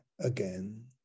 again